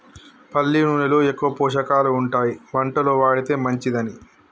పల్లి నూనెలో ఎక్కువ పోషకాలు ఉంటాయి వంటలో వాడితే మంచిదని